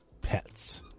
pets